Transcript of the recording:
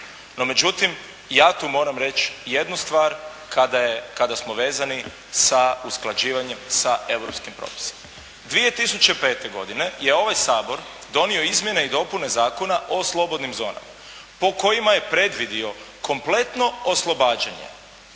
No međutim, ja tu moram reći jednu stvar kada smo vezani sa usklađivanjem sa europskim propisima. 2005. godine je ovaj Sabor donio izmjene i dopune Zakona o slobodnim zonama po kojima je predvidio kompletno oslobađanje